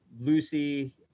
Lucy